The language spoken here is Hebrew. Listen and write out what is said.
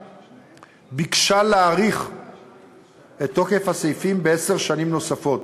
ביקשה להאריך את תוקף הסעיפים בעשר שנים נוספות,